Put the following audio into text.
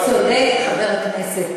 צודק חבר הכנסת